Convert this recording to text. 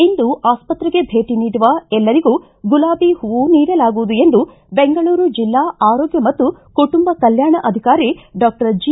ಇಂದು ಆಸ್ಪತ್ರೆಗೆ ಭೇಟಿ ನೀಡುವ ಎಲ್ಲರಿಗೂ ಗುಲಾಬಿ ಹೂವು ನೀಡಲಾಗುವುದು ಎಂದು ಬೆಂಗಳೂರು ಜಿಲ್ಲಾ ಆರೋಗ್ಯ ಮತ್ತು ಕುಟುಂಬ ಕಲ್ಕಾಣಾಧಿಕಾರಿ ಡಾಕ್ಟರ್ ಜಿ